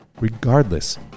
regardless